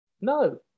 no